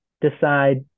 decide